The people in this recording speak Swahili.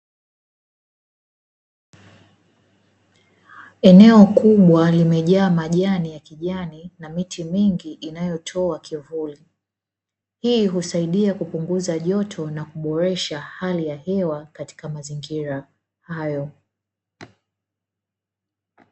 Eneo kubwa limejaa majani ya kijani na miti mingi inayotoa kivuli, hii husaidia kupunguza joto na kuboresha hali ya hewa katika mazingira hayo.